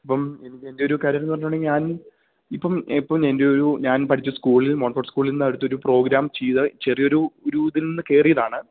അപ്പം എൻറ്റൊരു കാര്യംന്ന് പറഞ്ഞിട്ടുണ്ടെങ്കി ഞാനിപ്പം ഇപ്പം എപ്പം എൻറ്റൊരു ഞാൻ പഠിച്ച സ്കൂളിൽ മോൺകോഡ് സ്കൂളിൻ്റെ അടുത്തൊരു പ്രോഗ്രാം ചെയ്ത ചെറിയൊരു ഒരു ഇതിൽ നിന്ന് കേറിയതാണ്